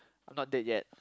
I'm not dead yet